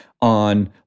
on